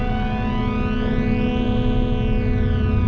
and